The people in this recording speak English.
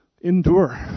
endure